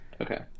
okay